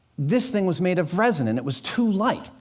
this thing was made of resin and it was too light.